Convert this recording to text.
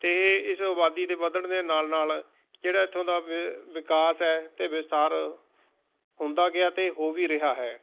ਅਤੇ ਇਸ ਆਬਾਦੀ ਦੇ ਵਧਣ ਦੇ ਨਾਲ ਨਾਲ ਜਿਹੜਾ ਇੱਥੋਂ ਦਾ ਵਿਕਾਸ ਹੈ ਅਤੇ ਵਿਸਥਾਰ ਹੁੰਦਾ ਗਿਆ ਅਤੇ ਹੋ ਵੀ ਰਿਹਾ ਹੈ